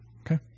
Okay